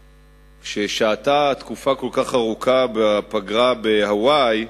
ששהתה תקופה כל כך ארוכה בפגרה בהוואי,